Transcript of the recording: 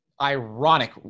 ironic